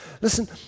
Listen